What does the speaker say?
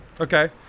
Okay